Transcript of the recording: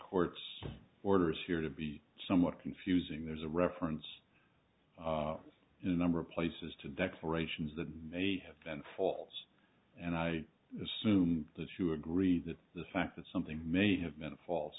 court's orders here to be somewhat confusing there's a reference in a number of places to declarations that may have been false and i assume that you agree that the fact that something may have been false